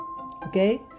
okay